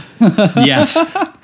Yes